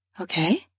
Okay